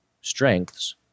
strengths